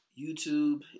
YouTube